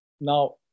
Now